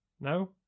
No